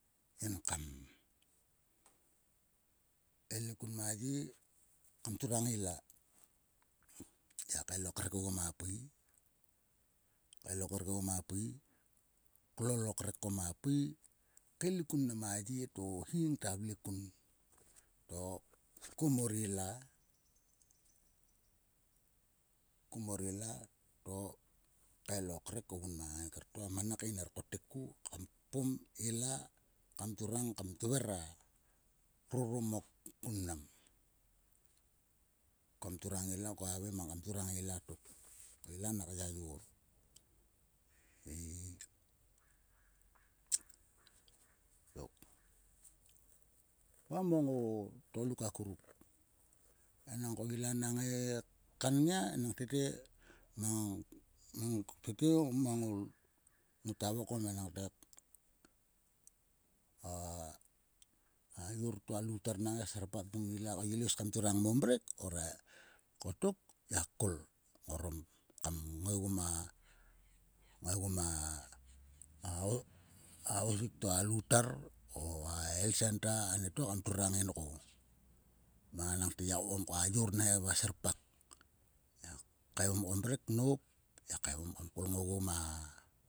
En kam elik kun ma ye kam turang ila. Ngiak kael o krek oguo ma pui. kael o krek oguo ma pui. Klol o krek ko ma pui kaelik kun mnam a yeto o hi ngata vle kun. To komor ila. komor ila to kael o krek ogun ma ngain ker to a manakain ner kotek ku kam kpom ila kam turang kam tver a roromok ku mnam. Kam turang ila. ko havai kam turang ila tok. ko ila nak yayor ei tok. Va mang tgoluk akuruk. enangkoila nak ngai kan nngai enang tete mang o mang mang o ngota vokom enangte a yor to a louter nak ngai kserpak kim ila ko ilo is kam turang mo mrek. Orait kotok ngiak kol orom kam ngaigu ma. ngaigu ma a ausik to a louter o a helt senta anieto kam turang ngain ko. Mang ko ngiak vokom te a yor nak kngai vua serpak. Ngiak kaegom ko mrek nop. ngiak kaegom kam kol ogu ma.